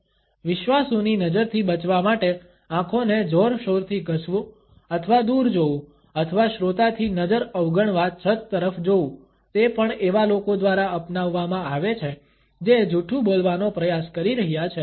વિશ્વાસુની નજરથી બચવા માટે આંખોને જોરશોરથી ઘસવું અથવા દૂર જોવું અથવા શ્રોતાથી નજર અવગણવા છત તરફ જોવું તે પણ એવા લોકો દ્વારા અપનાવવામાં આવે છે જે જૂઠું બોલવાનો પ્રયાસ કરી રહ્યા છે